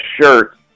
shirt